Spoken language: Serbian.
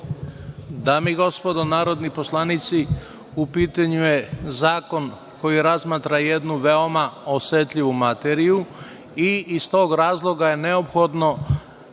Dame i gospodo narodni poslanici, u pitanju je zakon koji razmatra jednu veoma osetljivu materiju i iz tog razloga je neophodno